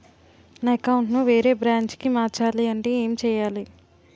నా అకౌంట్ ను వేరే బ్రాంచ్ కి మార్చాలి అంటే ఎం చేయాలి?